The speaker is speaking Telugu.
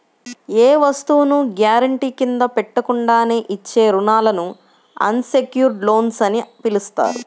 ఏ వస్తువును గ్యారెంటీ కింద పెట్టకుండానే ఇచ్చే రుణాలను అన్ సెక్యుర్డ్ లోన్లు అని పిలుస్తారు